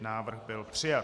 Návrh byl přijat.